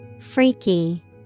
Freaky